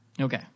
Okay